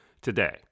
today